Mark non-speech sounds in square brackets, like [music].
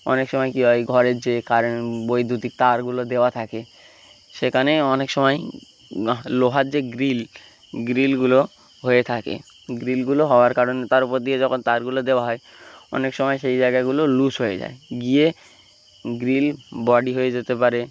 অনেক সময় কী হয় ঘরের যে কারেন্ট বৈদ্যুতিক তারগুলো দেওয়া থাকে সেখানে অনেক সময় [unintelligible] লোহার যে গ্রিল গ্রিলগুলো হয়ে থাকে গ্রিলগুলো হওয়ার কারণে তার উপর দিয়ে যখন তারগুলো দেওয়া হয় অনেক সময় সেই জায়গাগুলো লুজ হয়ে যায় গিয়ে গ্রিল বডি হয়ে যেতে পারে